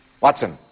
Watson